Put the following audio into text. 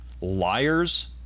liars